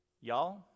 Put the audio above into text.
Y'all